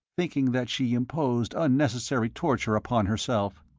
thinking that she imposed unnecessary torture upon herself.